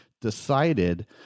decided